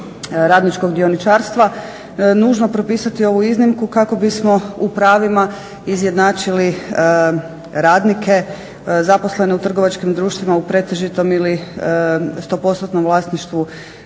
radničkog dioničarstva nužno propisati ovu iznimku kako bismo u pravima izjednačili radnike zaposlene u trgovačkim društvima u pretežitom ili sto postotnom vlasništvu